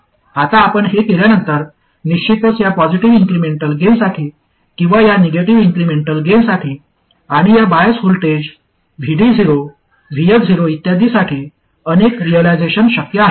आता आपण हे केल्यानंतर निश्चितच या पॉजिटीव्ह इन्क्रिमेंटल गेनसाठी किंवा या निगेटिव्ह इन्क्रिमेंटल गेनसाठी आणि या बायस व्होल्टेज VD0 VS0 इत्यादीसाठी अनेक रिअलाईझेशन शक्य आहेत